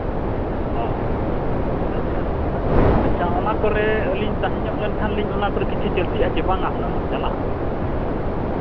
ᱦᱳᱭ ᱟᱪᱪᱷᱟ ᱟᱪᱪᱷᱟ ᱚᱱᱟ ᱠᱚᱨᱮᱜ ᱟᱹᱞᱤᱧ ᱛᱟᱦᱮᱸ ᱧᱚᱜ ᱞᱮᱱᱠᱷᱟᱱ ᱞᱤᱧ ᱠᱤᱪᱷᱩ ᱪᱟᱹᱞᱛᱤ ᱟᱥᱮ ᱵᱟᱝᱼᱟ ᱦᱩᱱᱟᱹᱝ ᱪᱟᱞᱟᱜᱼᱟ